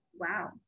wow